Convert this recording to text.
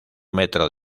metro